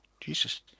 Jesus